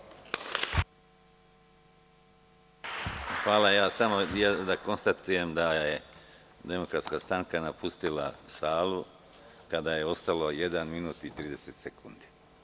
Dozvolite mi da konstatujem da je Demokratska stranka napustila salu kada je ostalo jedan minut i 30 sekundi.